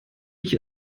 ich